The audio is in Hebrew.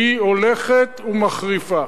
היא הולכת ומחריפה.